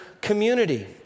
community